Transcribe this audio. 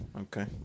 Okay